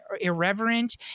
irreverent